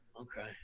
Okay